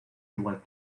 igual